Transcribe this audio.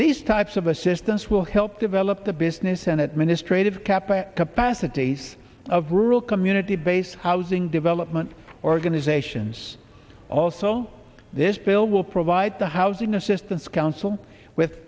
these types of assistance will help develop the business an administrative cap capacities of rural community based housing development organizations also this bill will provide the housing assistance council with